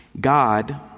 God